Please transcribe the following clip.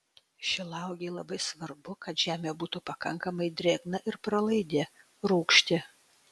šilauogei labai svarbu kad žemė būtų pakankamai drėgna ir pralaidi rūgšti